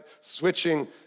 switching